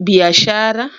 biashara.